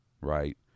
right